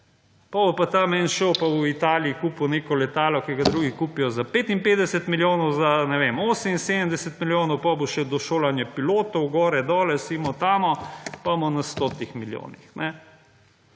bo pa tam eden šel pa bo v Italiji kupil neko letalo, ki ga drugi kupijo za 55 milijonov ne vem za 78 milijonov, potem bo še do šolanje pilotov gore dole, simo tamo pa bomo na 100 milijonih.